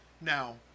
Now